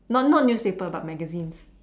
not not newspaper but magazine